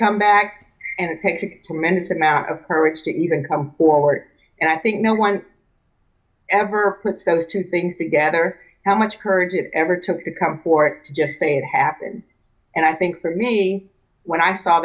become back and picked tremendous amount of courage to even come forward and i think no one ever puts those two things together how much courage it ever took to come for just say it happened and i think for me when i saw